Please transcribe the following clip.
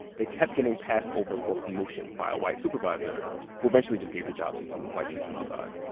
they kept getting passed over for promotion by a white supervisor who eventually just gave the job to some white dudes from outside.